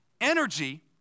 energy